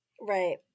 right